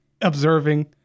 observing